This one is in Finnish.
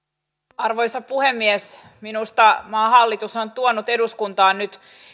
arvoisa puhemies minusta maan hallitus on tuonut eduskuntaan nyt